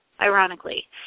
ironically